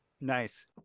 Nice